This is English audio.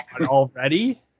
Already